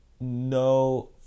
no